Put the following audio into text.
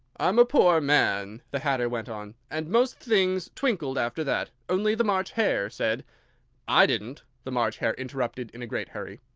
i'm a poor man, the hatter went on, and most things twinkled after that only the march hare said i didn't! the march hare interrupted in a great hurry.